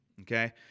Okay